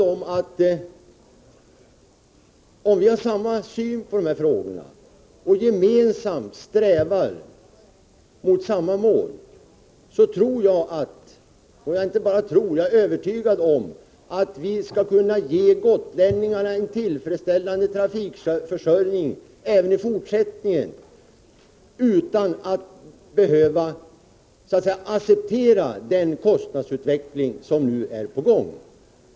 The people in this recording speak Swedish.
Om vi har samma syn på de här frågorna och gemensamt strävar mot samma mål, då tror jag — ja, jag inte bara tror utan jag är övertygad om — att vi skall kunna ge gotlänningarna en tillfredsställande trafikförsörjning även i fortsättningen utan att behöva acceptera den kostnadsutveckling som nu är på gång.